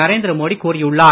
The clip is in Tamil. நரேந்திர மோடி கூறியுள்ளார்